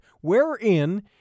wherein